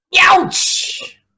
Ouch